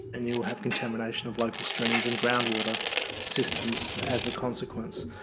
and you will have contamination of local streams and groundwater systems as a consequence.